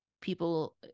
people